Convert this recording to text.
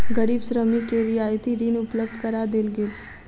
गरीब श्रमिक के रियायती ऋण उपलब्ध करा देल गेल